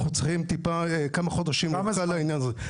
אנחנו צריכים ארכה של כמה חודשים לעניין הזה.